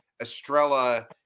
Estrella